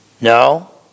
No